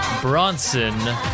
Bronson